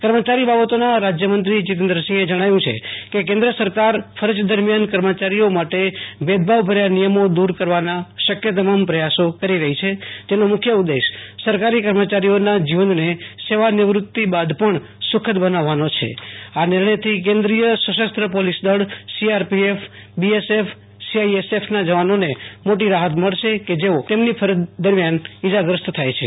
કર્મચારી બાબતોના રાજ્યમંત્રી જિતેન્દ્રસિંહે જણાવ્યું કે કેન્દ્ર સરકાર ફરજ દરમિયાન કર્મચારીઓ માટે લેદભાવભર્યા નિયમો દૂર કરવાના શક્ય તમામ પ્રયાસો કરી રહી છે જેનો મુખ્ય ઉદ્દેશ સરકારી કર્મચારીઓના જીવનને સેવાનિવૃત્તિ બાદ પણ સુખદ બનાવવાનો છે આ નિર્ણયથી કેન્દ્રીય સશસ્ત્ર પોલીસ દળ સીઆરપીએફ બીએસએફ સીઆઇએસએફના જવાનોને મોટી રાહત મળશે કે જેઓ તેમની ફરજ દરમિયાન ઈજાગ્રસ્ત થાય છે